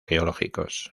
geológicos